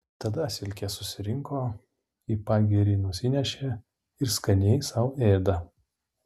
tada silkes susirinko į pagirį nusinešė ir skaniai sau ėda